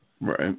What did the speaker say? Right